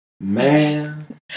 man